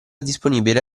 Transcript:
disponibile